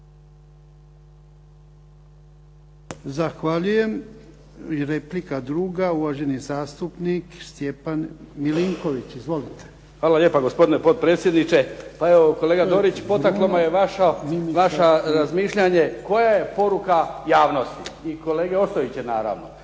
Zahvaljuje. Replika druga, uvaženi zastupnik Stjepan Milinković. Izvolite. **Milinković, Stjepan (HDZ)** Hvala lijepo potpredsjedniče. Pa evo kolega Dorić potakla me je vaše razmišljanje koja je poruka javnosti i kolege Ostojića naravno